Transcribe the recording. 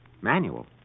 Manual